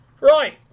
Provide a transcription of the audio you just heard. Right